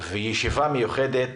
וישיבה מיוחדת.